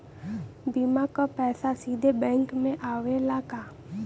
बीमा क पैसा सीधे बैंक में आवेला का?